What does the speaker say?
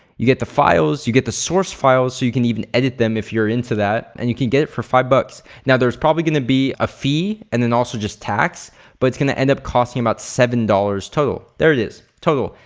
you get the files, you get the source files so you can even edit them if you're into that and you can get it for five bucks. now, there's probably gonna be a fee and then also just tax but it's gonna end up costing about seven dollars total. there it is, total.